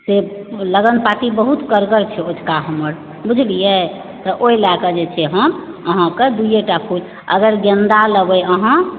से लग्न पाती बहुत करगर छै आजुका हमर बुझलियै तऽ ओहि लए कऽ हम अहाँकेॅं दूये टा फुल देब अगर गेंदा लेबै अहाँ